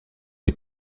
les